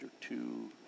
two